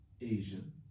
Asian